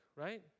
right